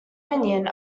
union